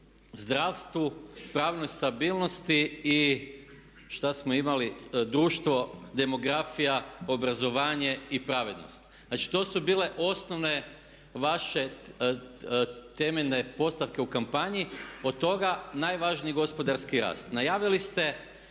zapošljavanju, pravnoj stabilnosti i šta smo imali, društvo, demografija, obrazovanje i pravednost. Znači to su bile osnovne vaše temeljne postavke u kampanji. Od toga je najvažniji gospodarski rast. Najavili ste